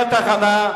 תהיה תחנה,